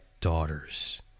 daughters